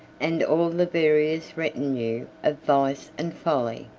and all the various retinue of vice and folly.